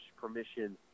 permission